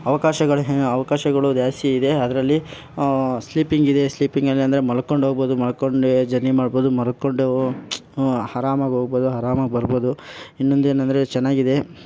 ಅವಕಾಶಗಳು ಹೇ ಅವಕಾಶಗಳು ಜಾಸ್ತಿ ಇದೆ ಅದರಲ್ಲಿ ಸ್ಲೀಪಿಂಗ್ ಇದೆ ಸ್ಲೀಪಿಂಗಲ್ಲಿ ಅಂದರೆ ಮಲ್ಕೊಂಡು ಹೋಗ್ಬೋದು ಮಲ್ಕೊಂಡೇ ಜರ್ನಿ ಮಾಡ್ಬೋದು ಮರ್ಕೊಂಡೂ ಆರಾಮಾಗ್ ಹೋಗ್ಬೋದು ಆರಾಮಾಗ್ ಬರ್ಬೋದು ಇನ್ನೊಂದೇನಂದರೆ ಚೆನ್ನಾಗಿದೆ